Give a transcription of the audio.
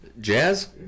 Jazz